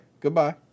Goodbye